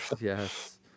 yes